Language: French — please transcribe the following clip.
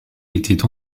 étaient